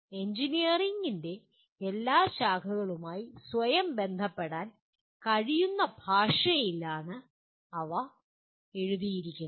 എഞ്ചിനീയറിംഗിന്റെ എല്ലാ ശാഖകളുമായി സ്വയം ബന്ധപ്പെടാൻ കഴിയുന്ന ഭാഷയിലാണ് അവ എഴുതിയത്